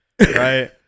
Right